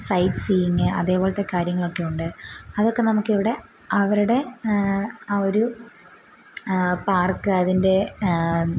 site seeing അതേപോലത്തെ കാര്യങ്ങൾ ഒക്കെ ഉണ്ട് അതൊക്കെ നമുക്കിവിടെ അവരുടെ ആ ഒരു പാർക്ക് അതിൻ്റെ